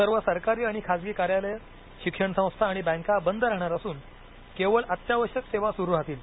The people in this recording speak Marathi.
सर्व सरकारी आणि खासगी कार्यालयं शिक्षण संस्था आणि बँका बंद राहणार असून केवळ अत्यावश्यक सेवा सुरु राहतील